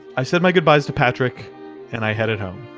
i said my goodbyes to patrick and i headed home.